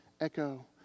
Echo